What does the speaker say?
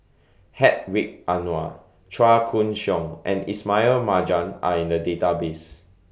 Hedwig Anuar Chua Koon Siong and Ismail Marjan Are in The Database